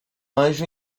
anjo